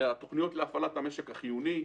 התוכניות להפעלת המשק החיוני,